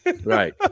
Right